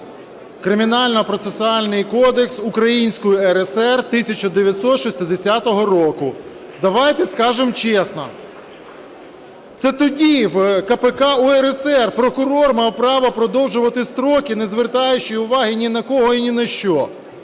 Кримінально-процесуальний кодекс Української РСР 1960 року. Давайте скажемо чесно! Це тоді в КПК УРСР прокурор мав право продовжувати строки, не звертаючи уваги ні на кого і ні на що